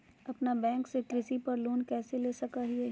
अपना बैंक से कृषि पर लोन कैसे ले सकअ हियई?